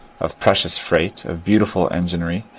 of precious freight, of beautiful enginery,